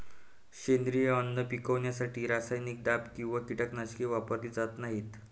सेंद्रिय अन्न पिकवण्यासाठी रासायनिक दाब किंवा कीटकनाशके वापरली जात नाहीत